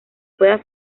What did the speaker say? pueda